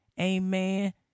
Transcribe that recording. Amen